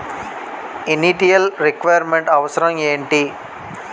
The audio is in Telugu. ఇనిటియల్ రిక్వైర్ మెంట్ అవసరం ఎంటి?